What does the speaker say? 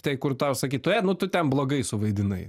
tai kur tau sakytų ei nu tu ten blogai suvaidinai